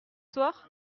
soir